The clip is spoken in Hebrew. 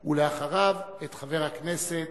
4315,